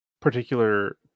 particular